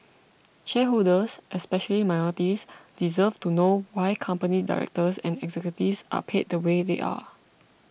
shareholders especially minorities deserve to know why company directors and executives are paid the way they are